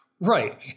Right